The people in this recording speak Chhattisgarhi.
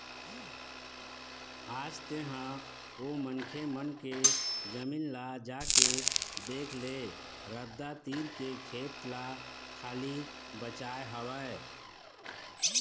आज तेंहा ओ मनखे मन के जमीन ल जाके देख ले रद्दा तीर के खेत ल खाली बचाय हवय